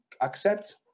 accept